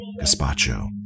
gazpacho